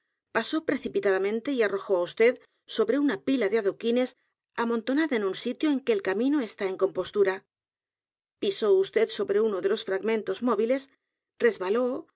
pasó precipitadamente y arrojó á vd sobre una pila de adoquines amontonada en un sitio en que el camino está en compostura pisó vd sobre uno de los fragmentos movibles resbaló